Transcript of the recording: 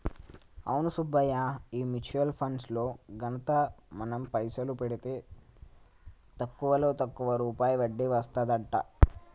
అవును సుబ్బయ్య ఈ mutual funds లో ఘనత మనం పైసలు పెడితే తక్కువలో తక్కువ రూపాయి వడ్డీ వస్తదంట